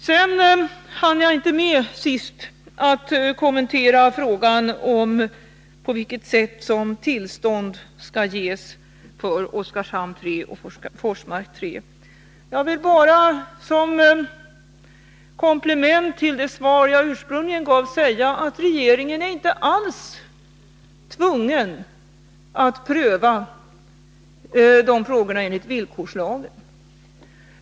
I min förra replik hann jag inte med att kommentera frågan, på vilket sätt tillstånd skall ges för Oskarshamn 3 och Forsmark 3. Jag vill bara som komplement till det svar jag ursprungligen gav säga att regeringen inte alls är tvungen att pröva de frågorna enligt villkorslagen.